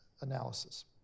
analysis